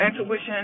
Intuition